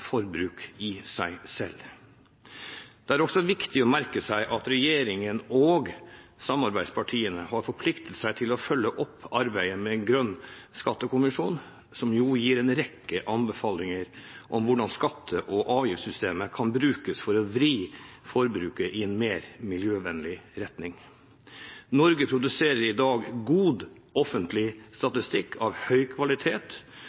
forbruk i seg selv. Det er også viktig å merke seg at regjeringen og samarbeidspartiene har forpliktet seg til å følge opp arbeidet med Grønn skattekommisjon, som jo gir en rekke anbefalinger om hvordan skatte- og avgiftssystemet kan brukes for å vri forbruket i en mer miljøvennlig retning. Norge produserer i dag god offentlig statistikk av høy kvalitet